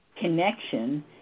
connection